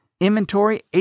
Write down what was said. inventory